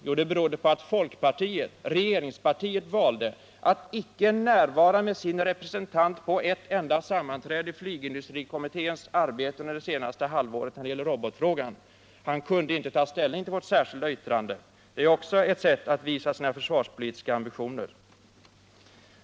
Jo, det berodde på att folkpartiet, regeringspartiet, valde att icke närvara med sin representant på ett enda sammanträde under flygindustrikommitténs arbete det senaste halvåret när det gällde robotfrågan. Han kunde inte ta ställning till vårt särskilda yttrande. Det är också ett sätt att visa sina försvarspolitiska ambitioner.